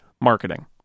marketing